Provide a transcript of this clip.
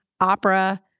opera